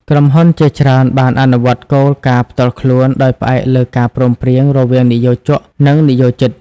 ក្រុមហ៊ុនជាច្រើនបានអនុវត្តគោលការណ៍ផ្ទាល់ខ្លួន ដោយផ្អែកលើការព្រមព្រៀងរវាងនិយោជក និងនិយោជិត។